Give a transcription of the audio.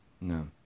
No